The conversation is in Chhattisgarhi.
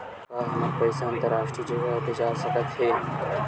का हमर पईसा अंतरराष्ट्रीय जगह भेजा सकत हे?